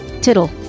Tittle